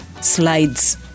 slides